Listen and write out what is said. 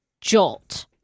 jolt